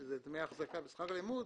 שזה דמי אחזקה ושכר לימוד,